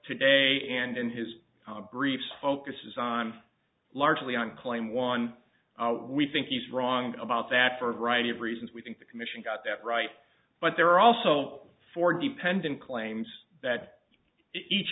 today and in his briefs focuses on largely on claim one we think he's wrong about that for a variety of reasons we think the commission got that right but there are also four dependent claims that each